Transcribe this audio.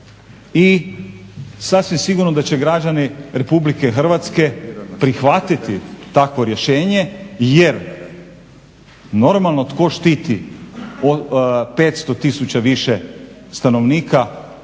i sasvim sigurno da će građani Republike Hrvatske prihvatiti takvo rješenje jer normalno, tko štiti 500 tisuća više glasača